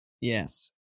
Yes